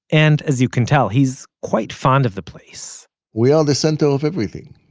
and, as you can tell, he's quite fond of the place we are the center of everything.